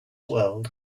world